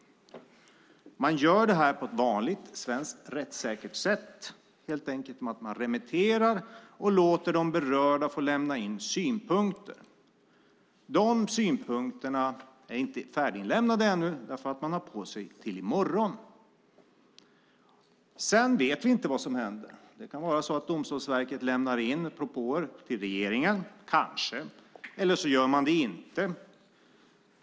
Man gör det här på ett vanligt svenskt rättssäkert sätt, helt enkelt genom att remittera och låta de berörda få lämna in synpunkter. De synpunkterna är inte färdiginlämnade ännu därför att man har tid på sig till i morgon. Sedan vet vi inte vad som händer. Det kan vara så att Domstolsverket lämnar in propåer till regeringen, kanske, eller också gör man det inte.